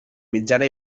mitjana